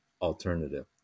alternative